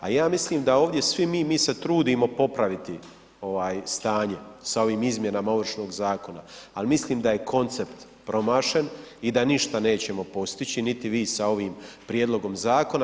A ja mislim da svi mi, mi se trudimo popraviti stanje sa ovim izmjenama Ovršnog zakona, ali mislim da je koncept promašen i da ništa nećemo postići niti vi sa ovim prijedlogom zakona.